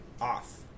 off